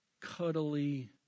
cuddly